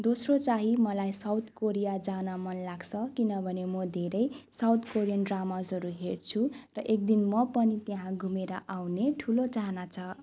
दोस्रो चाहिँ मलाई साउथ कोरिया जान मन लाग्छ किनभने म धेरै साउथ कोरियन ड्रामासहरू हेर्छु र एकदिन म पनि त्यहाँ घुमेर आउने ठुलो चाहना छ